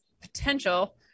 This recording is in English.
potential